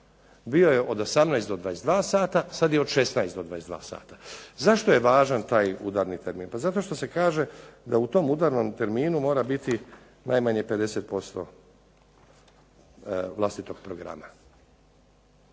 Bio je od 18 do 22 sata, sad je od 16 do 22 sata. Zašto je važan taj udarni termin? Pa zato što se kaže da u tom udarnom terminu mora biti najmanje 50% vlastitog programa.